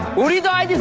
will revive